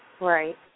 Right